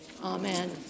amen